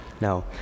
No